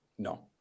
No